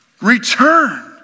return